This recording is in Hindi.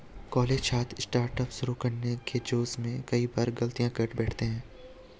कॉलेज छात्र स्टार्टअप शुरू करने के जोश में कई बार गलतियां कर बैठते हैं